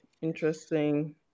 interesting